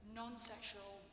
non-sexual